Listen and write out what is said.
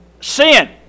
sin